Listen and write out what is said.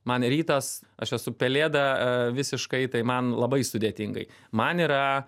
man rytas aš esu pelėda visiškai tai man labai sudėtingai man yra